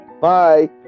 Bye